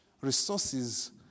resources